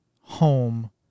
home